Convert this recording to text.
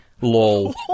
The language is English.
lol